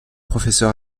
professeur